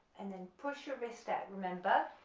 and then push your wrist out remember,